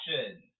action